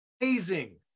amazing